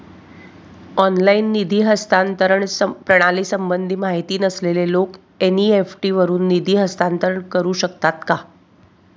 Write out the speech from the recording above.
Online निधी हस्तांतरण प्रणालीसंबंधी माहिती नसलेले लोक एन.इ.एफ.टी वरून निधी हस्तांतरण करू शकतात का?